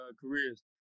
careers